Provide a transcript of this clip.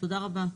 תודה רבה.